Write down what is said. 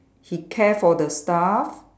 he care for the staff